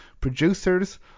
producers